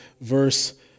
verse